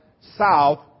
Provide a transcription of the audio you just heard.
south